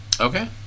Okay